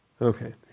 Okay